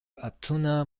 altoona